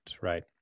right